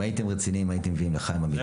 אם הייתם רציניים הייתם מביאים לחיים אמיתי.